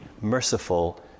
merciful